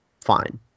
fine